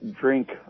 drink